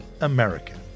American